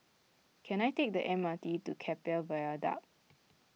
can I take the M R T to Keppel Viaduct